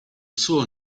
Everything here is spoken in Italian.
suo